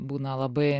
būna labai